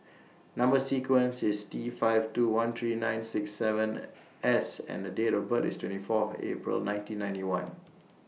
Number sequence IS T five two one three nine six seven S and Date of birth IS twenty four April nineteen ninety one